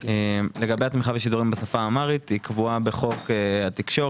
לגבי התמיכה בשידורים בשפה האמהרית היא קבועה בחוק התקשורת.